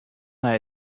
nei